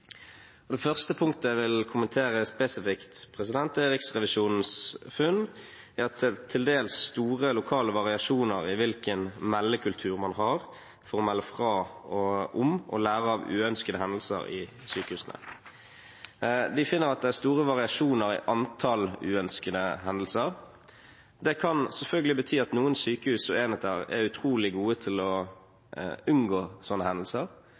Det første punktet jeg vil kommentere spesifikt, er Riksrevisjonens funn av at det er til dels store lokale variasjoner i hvilken meldekultur man har for å melde fra om og lære av uønskede hendelser i sykehusene. De finner at det er store variasjoner i antall uønskede hendelser. Det kan selvfølgelig bety at noen sykehus og enheter er utrolig gode til å unngå sånne hendelser